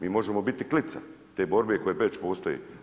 Mi možemo biti klica te borbe koja već postoji.